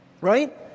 Right